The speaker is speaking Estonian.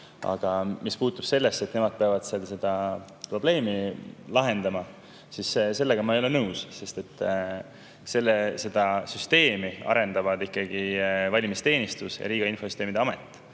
mis puutub sellesse, et nemad peavad seda probleemi lahendama, siis sellega ma ei ole nõus, sest seda süsteemi arendavad ikkagi valimisteenistus ja Riigi Infosüsteemi Amet.